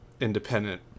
independent